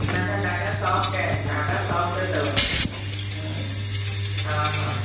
न न ॾाढा सॉफ़्ट आहिनि ॾाढा सॉफ़्ट अथव हम्म हा हा